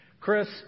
Chris